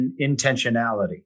intentionality